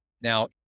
Now